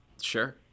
Sure